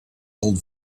old